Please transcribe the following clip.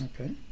Okay